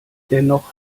dennoch